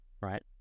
right